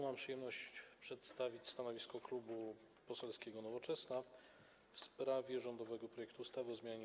Mam przyjemność przedstawić stanowisko Klubu Poselskiego Nowoczesna w sprawie rządowego projektu ustawy o zmianie